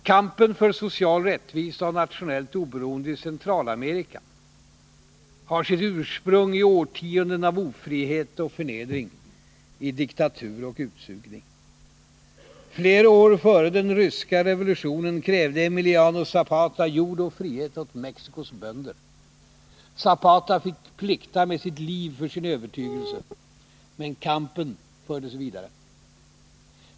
Kampen för social rättvisa och nationellt oberoende i Centralamerika har sitt ursprung i årtionden av ofrihet och förnedring, i diktatur och utsugning. Flera år före den ryska revolutionen krävde Emiliano Zapata jord och frihet åt Mexicos bönder. Zapata fick plikta med sitt liv för sin övertygelse. Men kampen fördes vidare.